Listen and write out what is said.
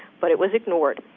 but it was ignored,